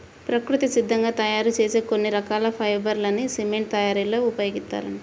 ప్రకృతి సిద్ధంగా తయ్యారు చేసే కొన్ని రకాల ఫైబర్ లని సిమెంట్ తయ్యారీలో ఉపయోగిత్తారంట